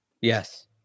Yes